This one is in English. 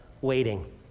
waiting